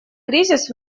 кризис